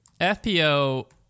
FPO